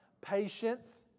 patience